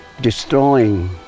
destroying